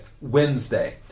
Wednesday